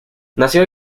nació